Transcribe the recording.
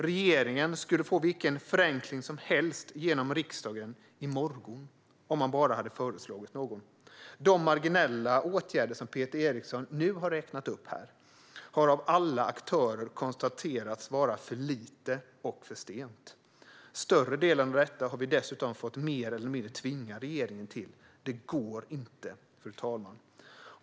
Regeringen skulle få igenom vilken förenkling som helst i riksdagen i morgon om man bara hade föreslagit någon. De marginella åtgärder som Peter Eriksson nu har räknat upp här har av alla aktörer konstaterats vara för lite och för sent. Större delen av detta har vi dessutom mer eller mindre fått tvinga regeringen till. Det går inte, fru talman.